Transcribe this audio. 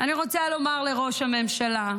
אני רוצה לומר לראש הממשלה: